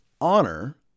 honor